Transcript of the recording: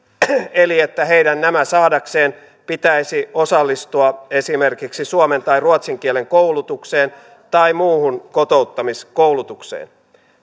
eli että heidän nämä saadakseen pitäisi osallistua esimerkiksi suomen tai ruotsin kielen koulutukseen tai muuhun kotouttamiskoulutukseen